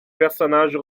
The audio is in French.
personnage